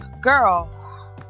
girl